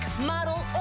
model